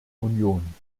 union